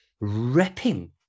ripping